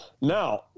Now